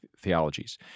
theologies